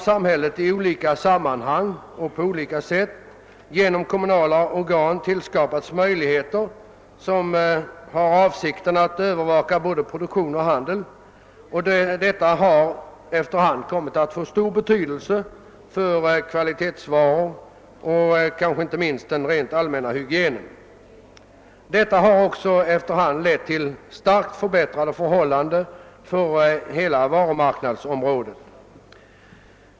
Samhället har i olika sammanhang och på olika sätt, genom kommunala organ, skapat möjligheter till övervakning av både produktionen och handeln, som efter hand kommit att få stor betydelse för kvalitetsvarorna och inte minst för den allmänna hygienen. Detta har också lett till avsevärt förbättrade förhållanden på hela varumarknadsområdet.